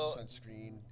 sunscreen